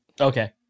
Okay